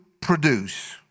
produce